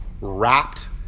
wrapped